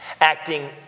Acting